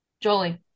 Jolie